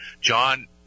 john